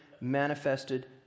manifested